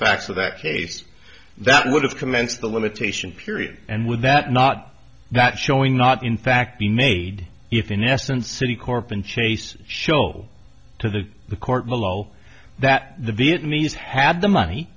of that case that would have commenced the limitation period and would that not that showing not in fact be made if in essence citicorp and chase show to the court below that the vietnamese had the money